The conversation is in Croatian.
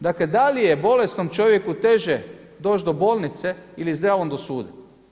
Dakle, da li je bolesnom čovjeku teže doći do bolnice ili zdravom do suda?